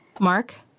Mark